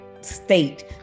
state